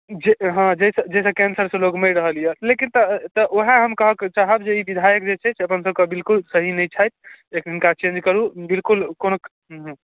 जे हँ जाहिसँ जाहिसँ कैंसरसँ लोग मरि रहल यऽ लेकिन तऽ तऽ ओहे हम कहऽ चाहब जे ई विधायक जे छै से अपन सभकऽ बिलकुल सही नहि छथि एक हिनका चेन्ज करू बिलकुल कोनो हूँ